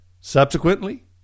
Subsequently